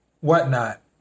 whatnot